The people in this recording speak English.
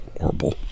horrible